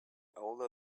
older